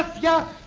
young